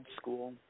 school